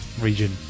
region